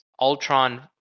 Ultron